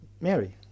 Mary